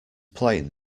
plain